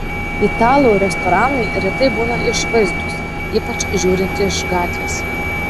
italų restoranai retai būna išvaizdūs ypač žiūrint iš gatvės